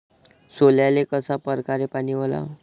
सोल्याले कशा परकारे पानी वलाव?